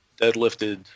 deadlifted